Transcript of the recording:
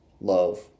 love